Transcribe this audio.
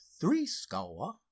threescore